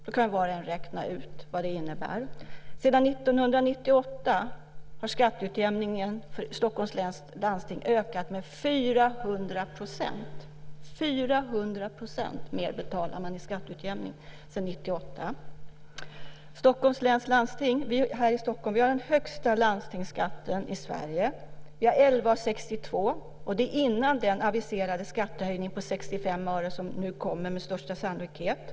Då kan var och en räkna ut vad det innebär. Sedan 1998 har skatteutjämningen för Stockholms läns landsting ökat med 400 %. 400 % mer betalar man i skatteutjämning sedan 1998. Vi här i Stockholm har den högsta landstingsskatten i Sverige. Vi har 11:62. Det är innan den aviserade skattehöjningen på 65 öre som nu kommer med största sannolikhet.